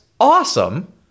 awesome